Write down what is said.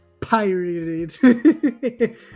pirated